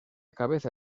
cabeza